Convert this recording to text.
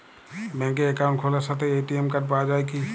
ব্যাঙ্কে অ্যাকাউন্ট খোলার সাথেই এ.টি.এম কার্ড পাওয়া যায় কি?